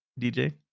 DJ